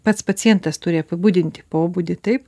pats pacientas turi apibūdinti pobūdį taip